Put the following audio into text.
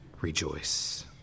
rejoice